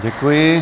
Děkuji.